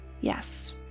yes